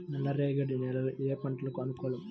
నల్ల రేగడి నేలలు ఏ పంటకు అనుకూలం?